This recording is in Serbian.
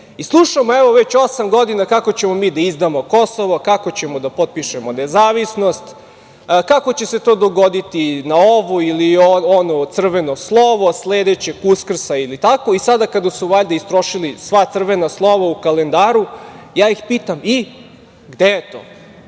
Slušamo, evo, već osam godina kako ćemo mi da izdamo Kosovo, kako ćemo da potpišemo nezavisnost, kako će se to dogoditi na ovo ili ono crveno slovo, sledećeg Uskrsa ili tako i sada, kada su valjda istrošili sva crvena slova u kalendaru, ja ih pitam – i gde je to?